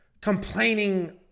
complaining